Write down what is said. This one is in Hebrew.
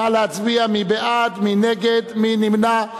נא להצביע, מי בעד, מי נגד, מי נמנע.